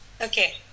Okay